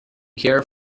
care